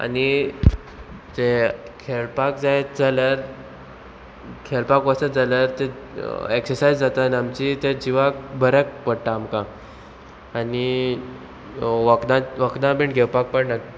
आनी ते खेळपाक जायत जाल्यार खेळपाक वचत जाल्यार ते एक्सरसायज जाता आनी आमची ते जिवाक बऱ्याक पडटा आमकां आनी वखदां वखदां बीन घेवपाक पडना